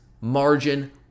margin